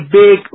big